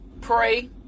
pray